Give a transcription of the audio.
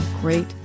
great